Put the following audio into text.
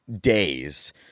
days